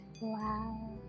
Wow